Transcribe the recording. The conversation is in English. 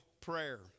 prayer